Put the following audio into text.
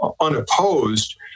unopposed